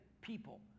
people